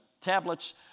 tablets